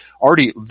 already